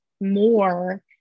more